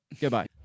goodbye